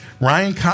Ryan